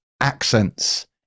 accents